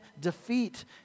defeat